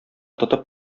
тотып